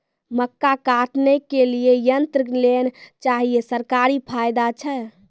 मक्का काटने के लिए यंत्र लेल चाहिए सरकारी फायदा छ?